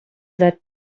that